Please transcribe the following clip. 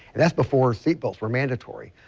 that is before seat belts were mandatory.